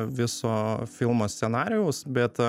viso filmo scenarijaus bet